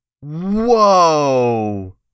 Whoa